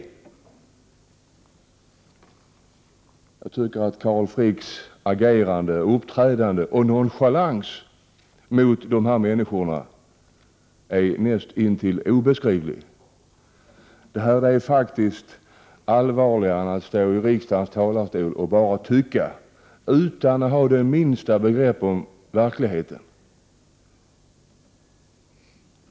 Jag tycker att Carl Frick uppträder med en nonchalans mot dessa människor som är näst intill obeskrivlig. Det här är faktiskt allvarligare än att stå i riksdagens talarstol och bara tycka utan att ha det minsta begrepp om verkligheten!